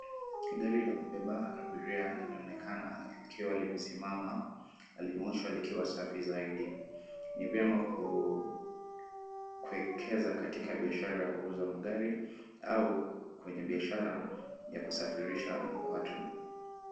Gari la kubeba abiria laonekana likiwa limesimama na limeoshwa likiwa safi zaidi. Ni vyema kuekeza katika biashara ya kuuza magari au kwenye biashara ya kusafirisha watu.